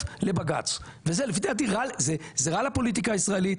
לבג"צ וזה לפי זה רגע לפוליטיקה הישראלית,